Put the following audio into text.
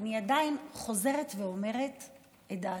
אני עדיין חוזרת ואומרת את דעתי.